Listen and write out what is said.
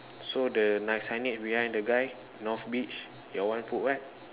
so the my signage behind the guy north beach your one put what